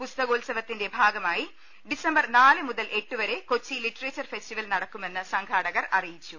പുസ്തകോത്സവത്തിന്റെ ഭാഗമായി ഡിസംബർ നാലു മുതൽ എട്ടുവരെ കൊച്ചി ലിറ്ററേച്ചർ ഫെസ്റ്റിവൽ നടക്കുമെന്ന് സംഘാടകർ അറിയിച്ചു